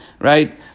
right